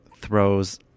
throws